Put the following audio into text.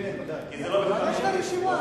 כי זה לא בכתב ידי.